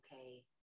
okay